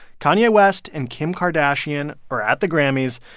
kanye west and kim kardashian were at the grammys.